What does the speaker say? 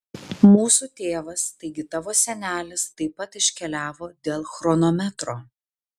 mūsų tėvas taigi tavo senelis taip pat iškeliavo dėl chronometro